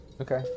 okay